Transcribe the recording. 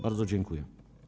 Bardzo dziękuję.